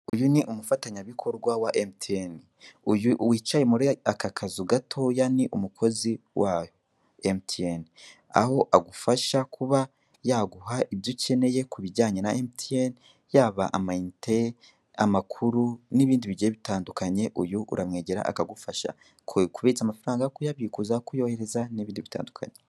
Uyu ni umufatanyabikorwa wa emutiyene, uyu wicaye muri aka kazu gatoya ni umukozi wa emutiyeni, aho agafusha kuba yaguha ibyo ukeneye ku bijyanye na emutiyeni yaba amayinite, amakuru, n'ibindi bigiye bitandukanye uyu uramwegera akagufasha kubitsa amafaranga, kuyabikuza, kuyabitsa n'ibindi bitandukanye.